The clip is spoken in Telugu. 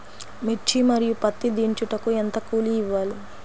మిర్చి మరియు పత్తి దించుటకు ఎంత కూలి ఇవ్వాలి?